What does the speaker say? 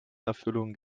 erfüllung